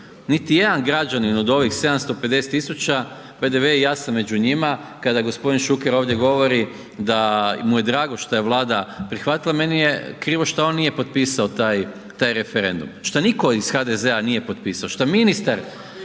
Niti jedan građanin od ovih 750 tisuća, btw. i ja sam među njima, kada gospodin Šuker ovdje govori da mu je drago što je Vlada prihvatila meni je krivo šta on nije potpisao taj, taj referendum, šta nitko iz HDZ-a nije potpisao, šta ministar,